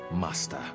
Master